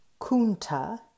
Kunta